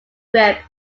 grip